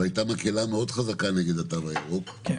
אבל הייתה מקהלה מאוד חזקה נגד התו הירוק,